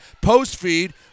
Post-feed